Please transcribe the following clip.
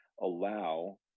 allow